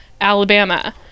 alabama